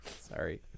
Sorry